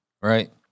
right